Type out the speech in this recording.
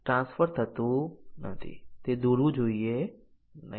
તેથી આ કેસ માટેમલ્ટીપલ કન્ડીશન નું કવરેજ પ્રાપ્ત કરવું શક્ય નથી